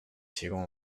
提供